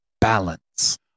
balance